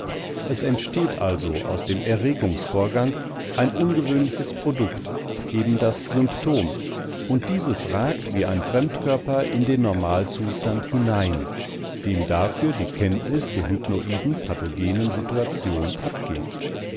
es entsteht also aus dem erregungsvorgang ein ungewöhnliches produkt eben das symptom und dieses ragt wie ein fremdkörper in den normalzustand hinein dem dafür die kenntnis der hypnoiden pathogenen situation abgeht